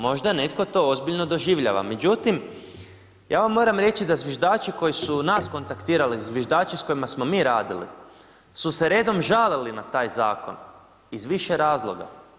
Možda netko to ozbiljno doživljava međutim, ja vam moram reći da zviždači koji su nas kontaktirali, zviždači s kojima smo mi radili su se redom žalili na taj zakon, iz više razloga.